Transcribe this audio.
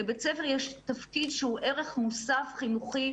לבית ספר יש תפקיד שהוא ערך מוסף חינוכי,